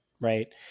right